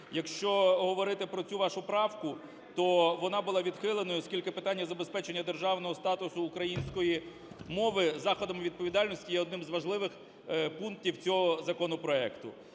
Якщо говорити про цю вашу правку, то вона була відхиленою, оскільки питання забезпечення державного статусу української мови заходом відповідальності є одним з важливих пунктів цього законопроекту.